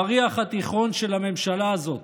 הבריח התיכון של הממשלה הזאת: